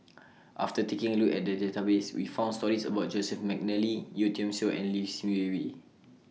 after taking A Look At The Database We found stories about Joseph Mcnally Yeo Tiam Siew and Lim Swee Lim